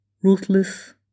ruthless